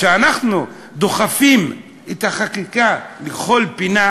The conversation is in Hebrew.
שאנחנו דוחפים את החקיקה לכל פינה,